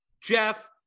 Jeff